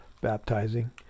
baptizing